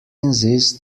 insist